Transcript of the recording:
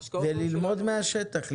וללמוד מן השטח.